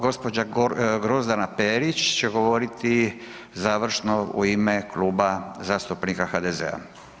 Gospođa Grozdana Perić će govoriti završno u ime Kluba zastupnika HDZ-a.